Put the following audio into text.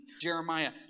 Jeremiah